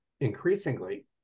increasingly